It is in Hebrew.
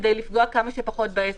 כדי לפגוע כמה שפחות בעסק,